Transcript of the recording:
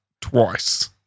twice